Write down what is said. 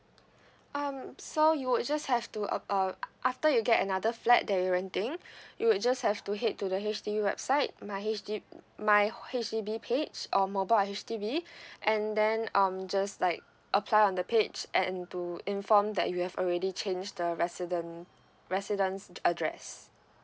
um so you would just have to uh after you get another flat that you're renting you would just have to head to the H_D_B website my H_D~ my H_D_B page or mobile at H_D_B and then um just like apply on the page and to inform that you have already change the resident residence address